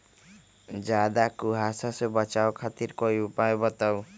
ज्यादा कुहासा से बचाव खातिर कोई उपाय बताऊ?